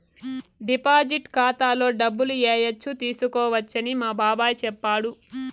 deposit ఖాతాలో డబ్బులు ఏయచ్చు తీసుకోవచ్చని మా బాబాయ్ చెప్పాడు